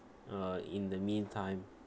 uh in the meantime